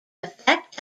effect